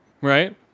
right